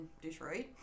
detroit